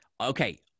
okay